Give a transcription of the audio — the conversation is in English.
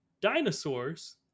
dinosaurs